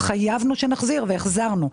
התחייבנו שנחזיר והחזרנו.